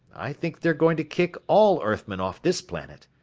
i think they're going to kick all earthmen off this planet.